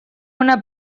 una